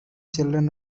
children